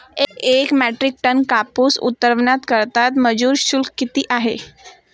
एक metric ton कापूस उतरवण्याकरता मजूर शुल्क किती आहे?